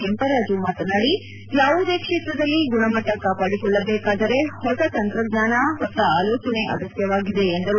ಕೆಂಪರಾಜು ಮಾತನಾದಿ ಯಾವುದೇ ಕ್ಷೇತ್ರದಲ್ಲಿ ಗುಣಮಟ್ಟ ಕಾಪಾಡಿಕೊಳ್ಳಬೇಕಾದರೆ ಹೊಸ ತಂತ್ರಜ್ಞಾನ ಹೊಸ ಆಲೋಚನೆ ಅಗತ್ಯವಾಗಿದೆ ಎಂದರು